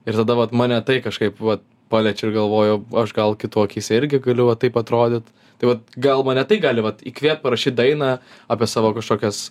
ir tada vat mane tai kažkaip vat paliečia ir galvojau aš gal kitų akyse irgi galiu va taip atrodyt tai vat gal mane tai gali vat įkvėpt parašyt dainą apie savo kažkokias